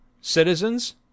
citizens